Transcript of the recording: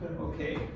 Okay